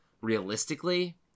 realistically